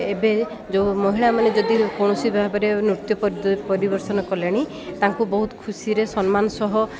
ଏବେ ଯୋଉ ମହିଳାମାନେ ଯଦି କୌଣସି ଭାବରେ ନୃତ୍ୟ ପରିବେଷଣ କରନ୍ତି ତାଙ୍କୁ ବହୁତ ଖୁସିରେ ସମ୍ମାନ ସହ